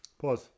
Pause